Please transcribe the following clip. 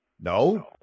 No